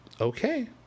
okay